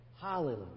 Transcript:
Hallelujah